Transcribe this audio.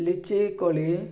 ଲିଚି କୋଳି